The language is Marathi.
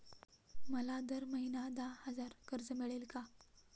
मला दर महिना दहा हजार कर्ज मिळेल का?